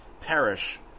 perish